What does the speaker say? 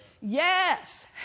Yes